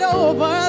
over